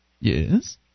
Yes